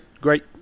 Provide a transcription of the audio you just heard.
great